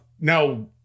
Now